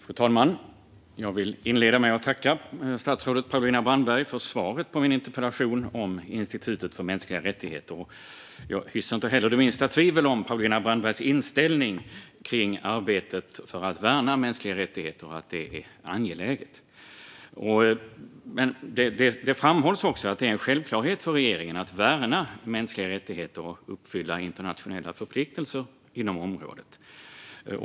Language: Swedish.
Fru talman! Jag vill inleda med att tacka statsrådet Paulina Brandberg för svaret på min interpellation om Institutet för mänskliga rättigheter. Jag hyser inte heller det minsta tvivel om Paulina Brandbergs inställning till arbetet för att värna mänskliga rättigheter och att det är angeläget. Det framhålls också att det är en självklarhet för regeringen att värna mänskliga rättigheter och uppfylla internationella förpliktelser inom området.